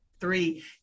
Three